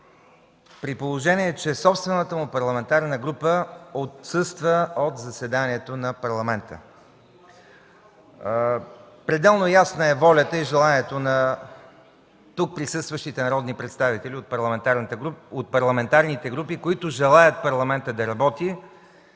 при положение че собствената му парламентарна група отсъства от заседанието на Парламента. Пределно ясна е волята и желанието на тук присъстващите народни представители от парламентарните групи, които желаят Парламентът да работи